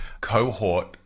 cohort